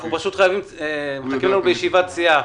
יש לנו ישיבות סיעה.